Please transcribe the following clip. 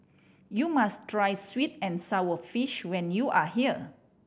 you must try sweet and sour fish when you are here